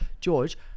George